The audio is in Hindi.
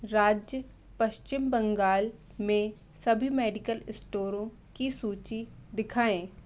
राज्य पश्चिम बंगाल में सभी मेडिकल स्टोरों की सूची दिखाएँ